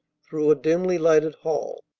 through a dimly-lighted hall,